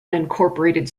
unincorporated